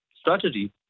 strategy